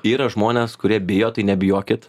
yra žmonės kurie bijo tai nebijokit